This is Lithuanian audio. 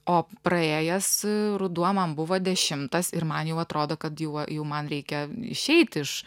o praėjęs ruduo man buvo dešimtas ir man jau atrodo kad jau jau man reikia išeit iš